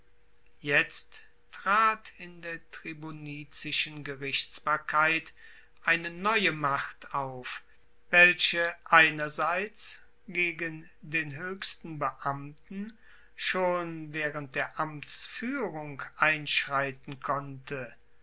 jetzt trat in der tribunizischen gerichtsbarkeit eine neue macht auf welche einerseits gegen den hoechsten beamten schon waehrend der amtsfuehrung einschreiten konnte